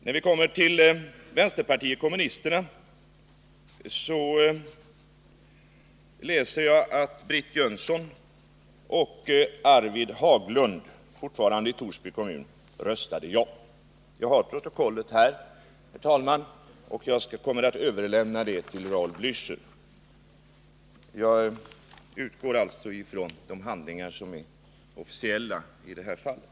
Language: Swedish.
När jag kommer till vänsterpartiet kommunisterna läser jag att Britt Jönsson och Arvid Haglund, fortfarande i Torsby kommun, röstade ja. Jag har protokollet här i min hand, herr talman, och jag kommer att överlämna det till Raul Blächer. Jag utgår alltså ifrån de handlingar som är officiella i det här fallet.